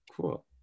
cool